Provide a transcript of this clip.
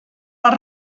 les